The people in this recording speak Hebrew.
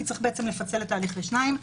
כי צריך לפצל את ההליך לשניים.